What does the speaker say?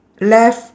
left